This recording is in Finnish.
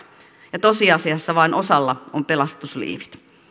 ja tosiasiassa vain osalla on pelastusliivit